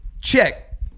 Check